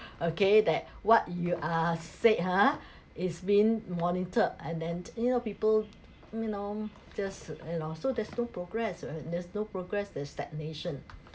okay that what you uh said ha it's being monitored and then you know people you know just you know so there's no progress there's no progress there's stagnation